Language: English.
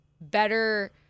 better